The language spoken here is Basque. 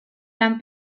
lan